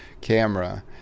camera